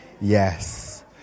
Yes